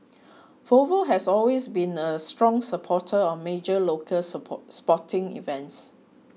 Volvo has always been a strong supporter of major local sport sporting events